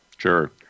Sure